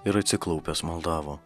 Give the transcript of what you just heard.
ir atsiklaupęs maldavo